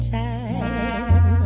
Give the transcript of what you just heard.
time